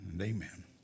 Amen